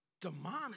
demonic